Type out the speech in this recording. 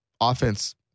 offense